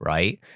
Right